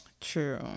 True